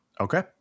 Okay